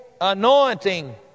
anointing